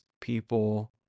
people